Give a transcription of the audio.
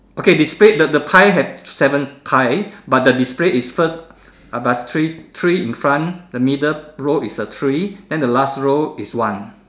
okay display the the pie have seven pie but the display is first but three three in front the middle roll is the three then the last roll is one